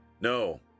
No